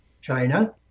China